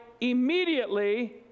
immediately